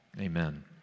Amen